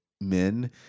men